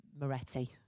Moretti